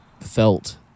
felt